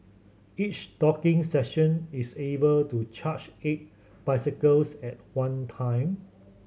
each docking station is able to charge eight bicycles at one time